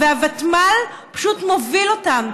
והוותמ"ל פשוט מובילה אותם.